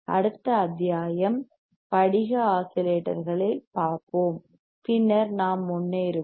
அடுத்த அத்தியாயம் படிக crystal கிரிஸ்டல் ஆஸிலேட்டர்களில் பார்ப்போம் பின்னர் நாம் முன்னேறுவோம்